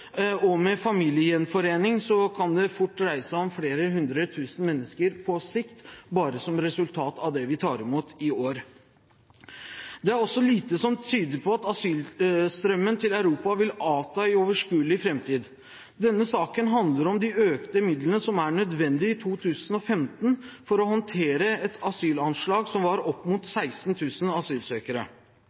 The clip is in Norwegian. og med familiegjenforening kan det fort dreie seg som flere hundre tusen mennesker på sikt, bare som resultat av det vi tar imot i år. Det er også lite som tyder på at asylstrømmen til Europa vil avta i overskuelig framtid. Denne saken handler om de økte midlene som er nødvendig i 2015 for å håndtere et asylanslag som var opp mot 16 000 asylsøkere.